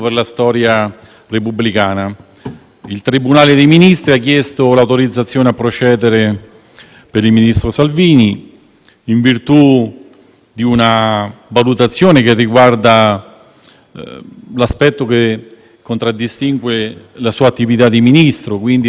per il ministro Salvini in virtù di una valutazione che riguarda l'aspetto che contraddistingue la sua attività di Ministro, quindi relativamente all'abuso dei poteri soprattutto nella funzione di pubblico ufficiale.